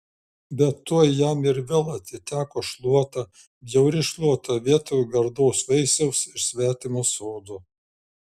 bet tuoj jam ir vėl atiteko šluota bjauri šluota vietoj gardaus vaisiaus iš svetimo sodo